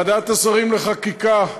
ועדת השרים לחקיקה אישרה,